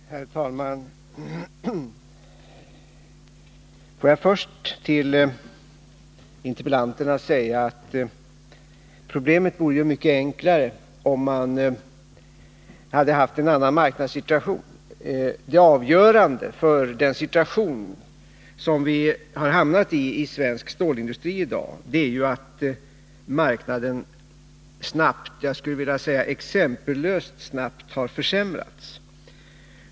Herr talman! Får jag först till frågeställarna säga att problemet hade varit mycket enklare, om vi hade haft en annan marknadssituation. Det avgörande för den situation som svensk stålindustri i dag har hamnat i är att marknaden snabbt — jag skulle vilja säga exempellöst snabbt — har försämrats.